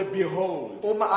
behold